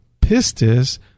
Pistis